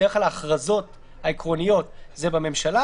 בדרך כלל ההכרזות העקרוניות זה בממשלה.